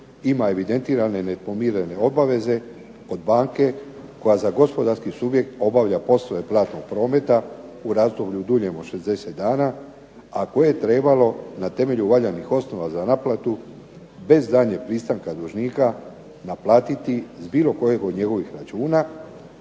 ima evidentirane nepodmirene obaveze od banke koja za gospodarski subjekt obavlja poslove platnog prometa u razdoblju duljem od 60 dana, a koje je trebalo na temelju valjanih osnova za naplatu bez daljnjeg pristanka dužnika naplatiti s bilo kojeg od njegovih računa